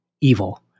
evil